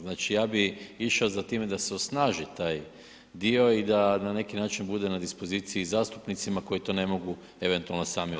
Znači, ja bi išao za time da se osnaži taj dio i da na neki način bude na dispoziciji zastupnicima koji to ne mogu eventualno sami [[Upadica: Hvala kolega Maras]] [[Govornik se ne razumije]] Hvala lijepo.